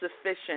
sufficient